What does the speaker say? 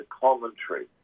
commentary